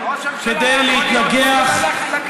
ראש הממשלה היה יכול להיות פה וללכת להופיע.